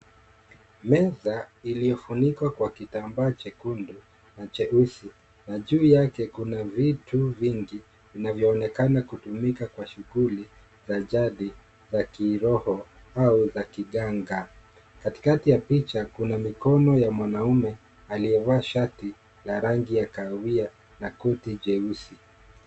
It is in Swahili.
Meza iliyofunikwa kwa kitambaa chekundu na cheusi na juu yake kuna vitu vingi vinavyoonekana kutumika kwa shughuli za jadi za kiroho au za kiganga. Katikati ya picha kuna mikono ya mwanaume aliyevaa shati la rangi ya kahawia na koti jeusi.